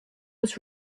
was